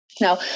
Now